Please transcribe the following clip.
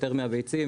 יותר מהביצים,